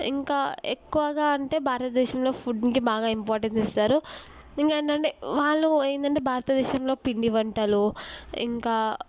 ఇంకా ఎక్కువగా అంటే భారతదేశంలో ఫుడ్కి బాగా ఇంపార్టెన్స్ ఇస్తారు ఇంకా ఏంటంటే వాళ్ళు ఏంటంటే భారతదేశంలో పిండి వంటలు ఇంకా